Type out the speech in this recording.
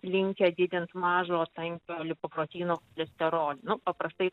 linkę didint mažo tankio lipoproteino cholesterolį nu paprastai